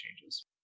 changes